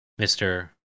Mr